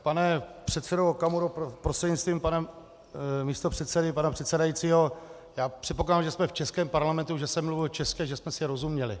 Pane předsedo Okamuro prostřednictvím pana místopředsedy, pana předsedajícího, já předpokládám, že jsme v českém parlamentu, že jsem mluvil česky a že jsme si rozuměli.